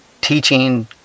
teaching